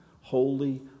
holy